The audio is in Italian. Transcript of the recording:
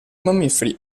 mammiferi